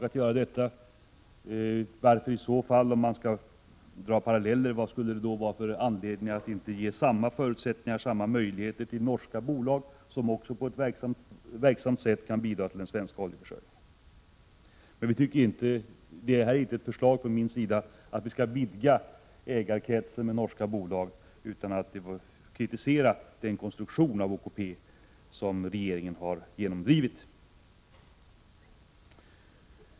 1986/87:134 som parallell — ge samma förutsättningar till norska bolag? Även de bidrar till 2 juni 1987 ä ka öljeförsörjni å ätt. KX å =— len svenska oljeförsörjningen på ett verksamt sätt. Det här sagda skall inte Väs försäljning av sta tolkas som ett förslag från min sida om att vidga ägarkretsen i OKP med FR add ; é tens aktier i OK Petronorska bolag. Min kritik gäller den konstruktion av OKP som regeringen har jam AB Herr talman!